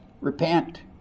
repent